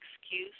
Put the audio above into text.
excuse